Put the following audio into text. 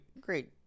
great